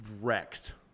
wrecked